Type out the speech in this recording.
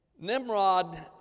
Nimrod